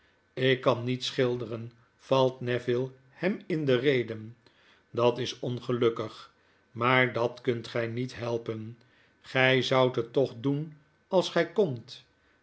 ik kan niet schilderen valt neville hem in de reden dat is ongelukkig maar dat kunt gy niet helpen gy zoudt het toch doen als gy kondt